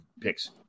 picks